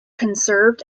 conserved